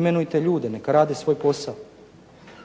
imenujte ljude, neka rade svoj posao.